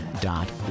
dot